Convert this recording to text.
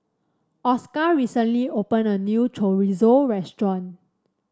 Oscar recently opened a new Chorizo restaurant